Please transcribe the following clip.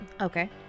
Okay